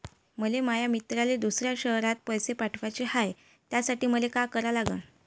मले माया मित्राले दुसऱ्या शयरात पैसे पाठवाचे हाय, त्यासाठी मले का करा लागन?